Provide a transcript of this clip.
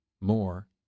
More